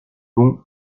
bon